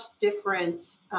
different